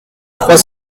trois